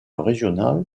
régionale